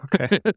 Okay